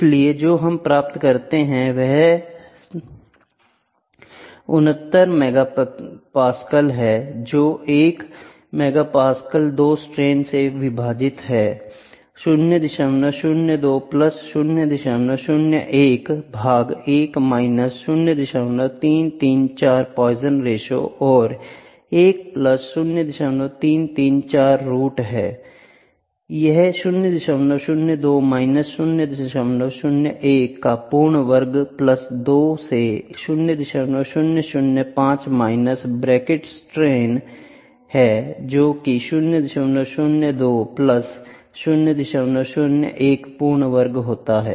इसलिए जो हम प्राप्त करते हैं वह 69 MP है जो एक MP 2 स्ट्रेन से विभाजित है 002 प्लस 001 भाग 1 माइनस 0334 पाइजन रेशों और 1 प्लस 0334 रूट है यह 002 माइनस 001 का पूर्ण वर्ग प्लस 2 से 0005 माइनस ब्रैकेट स्ट्रेन 1 है जो कि 002 प्लस 001 पूर्ण वर्ग होता है